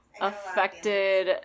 affected